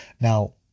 Now